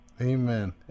Amen